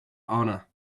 honor